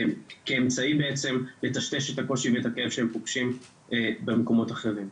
כאמצעי בעצם לטשטש את הקושי ואת הכאב שהם פוגשים במקומות אחרים.